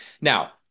now